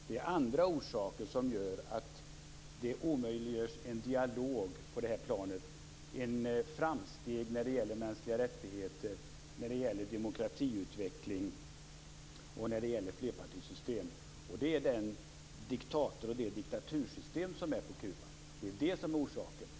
Det finns andra orsaker till att en dialog omöjliggörs på det här planet, ett framsteg när det gäller mänskliga rättigheter, demokratiutveckling och flerpartisystem. Det är den diktator och det diktatursystem som råder på Kuba. Det är det som är orsaken.